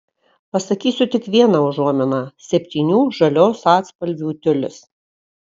pasakysiu tik vieną užuominą septynių žalios atspalvių tiulis